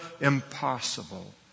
impossible